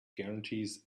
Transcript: guarantees